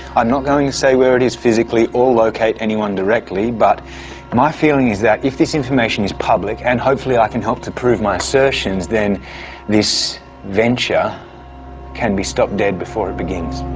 i'm not going to say where it is physically or locate anyone directly but my feeling is that if this information is public, and hopefully i can hope to prove my assertions, then this venture can be stopped dead before it begins.